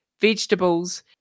vegetables